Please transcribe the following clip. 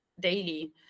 daily